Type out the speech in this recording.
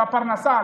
לפרנסה,